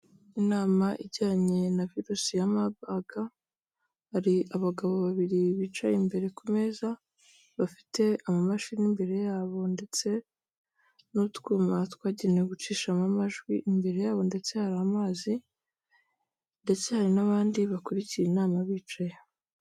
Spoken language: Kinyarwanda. Inama ijyanye na virusi ya mabag hari abagabo babiri bicaye imbere ku meza bafite amamashini imbere yabo ndetse n'utwuma twagenewe gucishamo amajwi imbere yabo ndetse hari amazi ndetse hari n'abandi bakurikira inama bicaye.